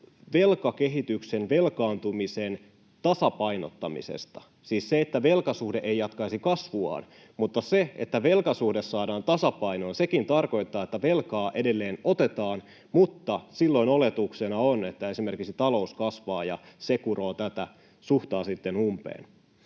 velkakehityksen, velkaantumisen, tasapainottamisesta, siis siitä, että velkasuhde ei jatkaisi kasvuaan. Sekin, että velkasuhde saadaan tasapainoon, tarkoittaa, että velkaa edelleen otetaan, mutta silloin oletuksena on, että esimerkiksi talous kasvaa ja se kuroo tätä suhtaa sitten umpeen.